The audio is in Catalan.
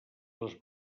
les